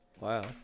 Wow